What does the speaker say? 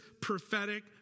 prophetic